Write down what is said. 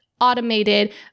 automated